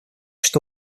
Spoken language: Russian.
что